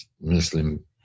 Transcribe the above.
muslim